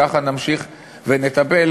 ככה נמשיך ונטפל,